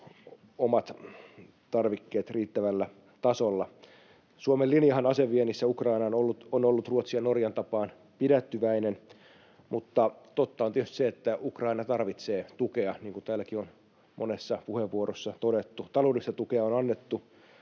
omat tarvikkeet riittävällä tasolla. Suomen linjahan aseviennissä Ukrainaan on ollut Ruotsin ja Norjan tapaan pidättyväinen, mutta totta on tietysti se, että Ukraina tarvitsee tukea, niin kuin täälläkin on monessa puheenvuorossa todettu. Taloudellista tukea on annettu